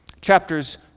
Chapters